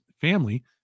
family